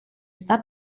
sta